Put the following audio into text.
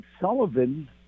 Sullivan